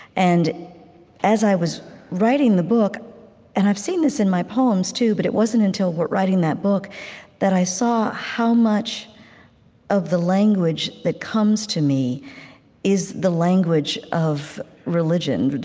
and as i was writing the book and i've seen this in my poems too but it wasn't until writing that book that i saw how much of the language that comes to me is the language of religion, but